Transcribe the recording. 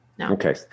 Okay